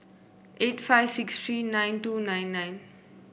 eight five six three nine two nine nine